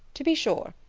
to be sure!